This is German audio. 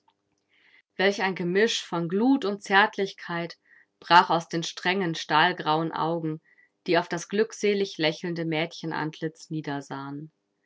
welch ein gemisch von glut und zärtlichkeit brach aus den strengen stahlgrauen augen die auf das glückselig lächelnde mädchenantlitz niedersahen